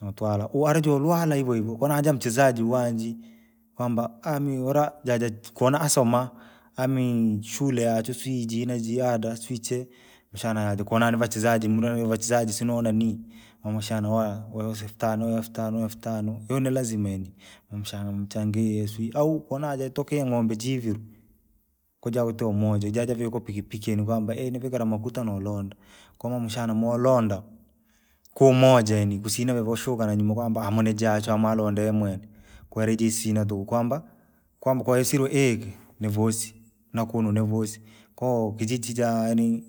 Natwalwa uri ajalalwa hivyohivyo kunaji mchezaji uwanjii, kwamba amiula jajachi kuna asoma, amii shule yachire sijui jine jiada sijui chee, shana jikonana niva chezaji umula vachezaji sionanii umushana owa oyosi elfu tano oyo elfu tano oyo elfu tano oyo ni lazima yaani. Maamshana mumchangie sijui au konaji toka ing'ombe jiiviri. Kujautoo umoja ijajavie kwa pikipiki yani kwamba iji nivikwa makufa nolondoa, komamshana molondaa! Kwaumoja yanii kusina reshuka nanyuna kwamba munijahwe alonde imwanee. kwenli jisinao tuku kwamba, kwamba kwaisiro iigi novosi, nakuno navosi, koo kijiji yanii,